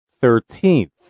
Thirteenth